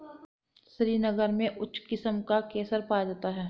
श्रीनगर में उच्च किस्म का केसर पाया जाता है